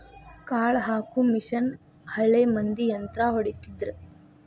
ಕಾಳ ಹಾಕು ಮಿಷನ್ ಹಳೆ ಮಂದಿ ಯಂತ್ರಾ ಹೊಡಿತಿದ್ರ